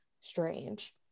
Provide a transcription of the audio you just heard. strange